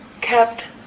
kept